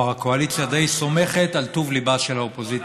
כלומר הקואליציה די סומכת על טוב ליבה של האופוזיציה.